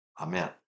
Amen